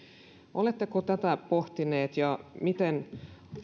oletteko tätä pohtineet ja miten